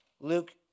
Luke